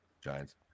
Giants